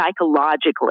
psychologically